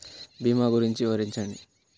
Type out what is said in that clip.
భీమా గురించి వివరించండి?